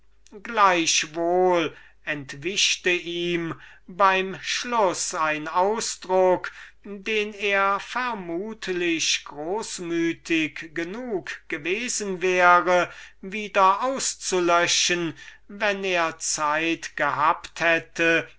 entwischte ihm beim schluß ein ausdruck den er vermutlich großmütig genug gewesen wäre wieder auszulöschen wenn er zeit gehabt hätte